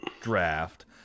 draft